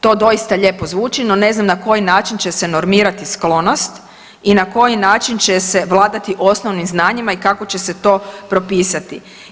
To doista lijepo zvuči no ne znam na koji način će se normirati sklonost i na koji način će se vladati osnovnim znanjima i kako će se to propisati.